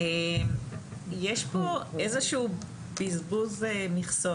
יש פה איזשהו בזבוז מכסות,